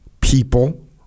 people